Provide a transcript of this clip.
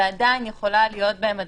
ועדיין יכולה להיות בהם הדבקה,